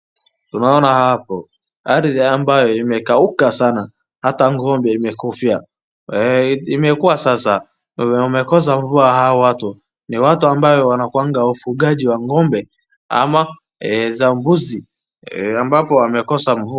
Tunaona hapo hali ambayo imekauka sana. Hata ng'ombe imekufia imekua sasa wamekosa mvua hao watu. Ni watu wambayo wanakuwanga wafungaji wa ng'ombe ama za mbuzi ambapo wamekosa mvua.